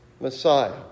Messiah